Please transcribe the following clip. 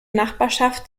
nachbarschaft